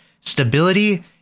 stability